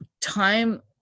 time